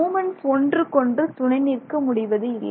moments ஒன்றுக்கொன்று துணை நிற்க முடிவதில்லை